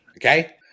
okay